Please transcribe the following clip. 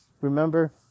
remember